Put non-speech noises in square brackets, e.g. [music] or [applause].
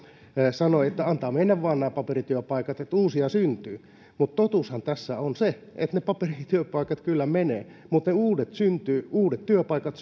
sanoi että antaa mennä vaan nämä paperityöpaikat että uusia syntyy mutta totuushan tässä on se että ne paperityöpaikat kyllä menevät mutta ne uudet työpaikat [unintelligible]